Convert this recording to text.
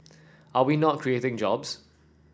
are we not creating jobs